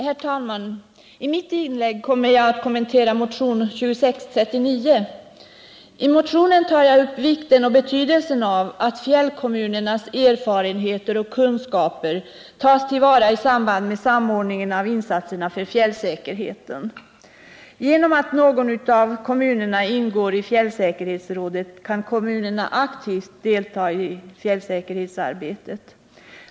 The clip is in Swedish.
Herr talman! I mitt inlägg kommer jag att kommentera motionen 2639. I motionen tar jag upp vikten av att fjällkommunernas erfarenheter och kunskaper tas till vara i samband med samordningen av insatserna för fjällsäkerheten. Genom att någon av kommunerna ingår i fjällsäkerhetsrådet kan kommunerna aktivt delta i fjällsäkerhetsarbetet.